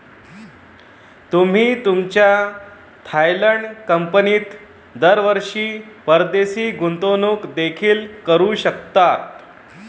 तुम्ही तुमच्या थायलंड कंपनीत दरवर्षी परदेशी गुंतवणूक देखील करू शकता